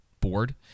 board